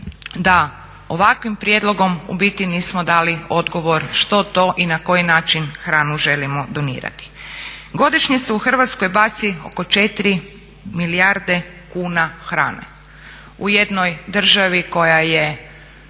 da ovakvim prijedlogom u biti nismo dali odgovor što to i na koji način hranu želimo donirati. Godišnje se u Hrvatskoj baci oko 4 milijarde kuna hrane. U jednoj državi koja je